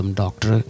doctor